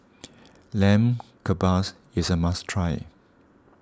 Lamb Kebabs is a must try